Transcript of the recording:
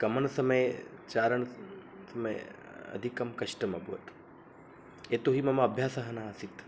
गमनसमये चारणसमये अधिकं कष्टम् अभवत् यतो हि मम अभ्यासः नासीत्